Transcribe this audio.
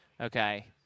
okay